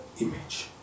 image